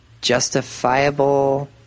justifiable